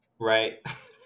right